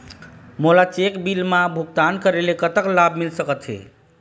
मोला cheque bill मा भुगतान करेले कतक लाभ मिल सकथे?